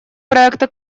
проекта